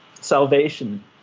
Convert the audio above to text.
salvation